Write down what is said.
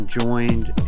joined